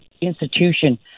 institution